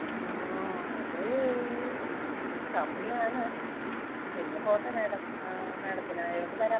ആ ഓ അത് കമ്മിയാണ് പിന്നെ പോട്ടെ മേഡം ആ മേഡത്തിനായോണ്ട് തരാം